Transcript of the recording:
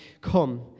come